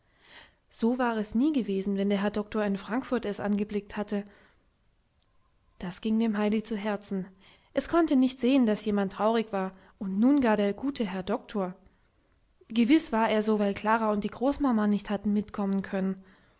so war es nie gewesen wenn der herr doktor in frankfurt es angeblickt hatte das ging dem heidi zu herzen es konnte nicht sehen daß jemand traurig war und nun gar der gute herr doktor gewiß war er so weil klara und die großmama nicht hatten mitkommen können